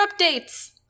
updates